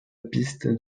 piste